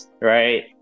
right